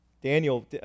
Daniel